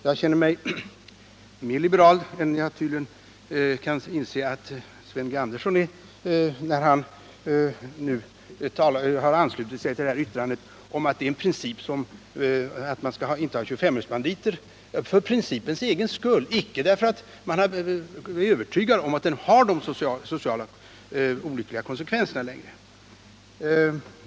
Jag känner mig mer liberal än jag kan inse att Sven G. Andersson är när han nu har anslutit sig till yttrandet att det inte skall finnas 25-öresbanditer för principens egen skull —- inte därför att han är övertygad om att detta får olyckliga konsekvenser.